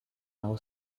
now